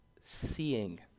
seeing